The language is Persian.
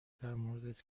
درموردت